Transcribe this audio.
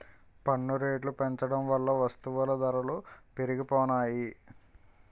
పన్ను రేట్లు పెంచడం వల్ల వస్తువుల ధరలు పెరిగిపోనాయి